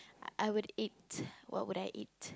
I would eat what would I eat